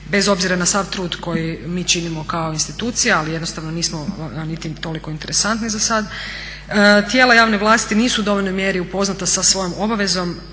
bez obzira na sav trud koji mi činimo kao institucija ali jednostavno nismo niti im toliko interesantni zasad, tijela javne vlasti nisu u dovoljnoj mjeri upoznata sa svojom obavezom